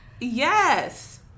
Yes